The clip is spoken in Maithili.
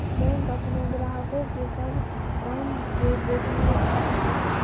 बैंक अपनो ग्राहको के सभ काम के गोपनीयता राखै छै